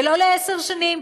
ולא לעשר שנים.